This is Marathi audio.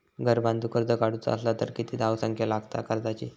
घर बांधूक कर्ज काढूचा असला तर किती धावसंख्या लागता कर्जाची?